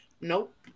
Nope